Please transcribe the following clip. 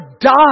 die